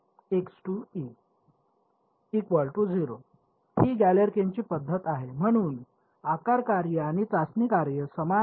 तर सर्वप्रथम ही गॅलेरकिनची पद्धत आहे म्हणून आकार कार्ये आणि चाचणी कार्ये समान आहेत